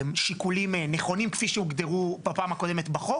משיקולים נכונים, כפי שהוגדרו בפעם הקודמת בחוק.